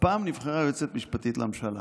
הפעם נבחרה יועצת משפטית לממשלה